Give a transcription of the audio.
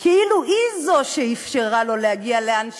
כאילו היא זו שאפשרה לו להגיע לאן שהגיע,